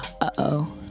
Uh-oh